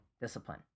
discipline